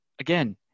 again